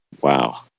wow